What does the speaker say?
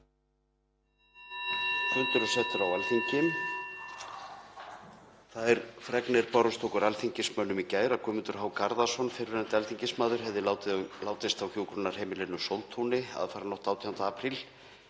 Þær fregnir bárust okkur alþingismönnum í gær að Guðmundur H. Garðarsson, fyrrverandi alþingismaður, hefði látist á hjúkrunarheimilinu Sóltúni aðfaranótt 18. apríl.